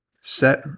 set